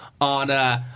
on